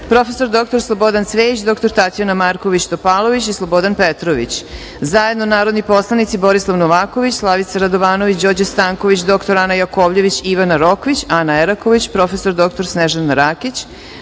prof. dr Slobodan Cvejić, dr Tatjana Marković Topalović i Slobodan Petrović, zajedno Borislav Novaković, Slavica Radovanović, Đorđe Stanković, Uroš Đokić, dr Ana Jakovljević, Ivana Rokvić, Ana Eraković, prof. dr Snežana Rakić,